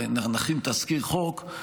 נכין תזכיר חוק,